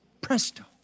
presto